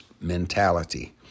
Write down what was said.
mentality